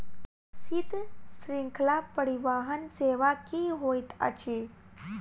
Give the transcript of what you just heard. शीत श्रृंखला परिवहन सेवा की होइत अछि?